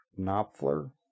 Knopfler